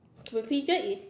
the pigeon is